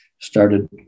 started